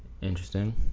interesting